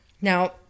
Now